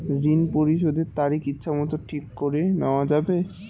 ঋণ পরিশোধের তারিখ ইচ্ছামত ঠিক করে নেওয়া যাবে?